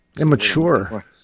immature